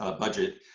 ah budget.